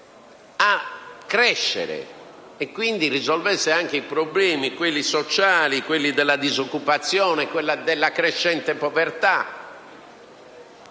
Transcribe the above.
a crescere e, quindi, risolvesse anche i problemi sociali, quelli della disoccupazione e della crescente povertà.